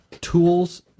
tools